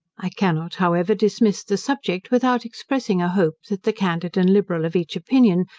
i cannot, however, dismiss the subject without expressing a hope, that the candid and liberal of each opinion,